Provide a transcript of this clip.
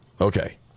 Okay